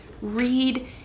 read